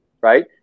right